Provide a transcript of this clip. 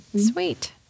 sweet